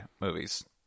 movies